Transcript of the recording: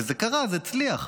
וזה קרה, זה הצליח.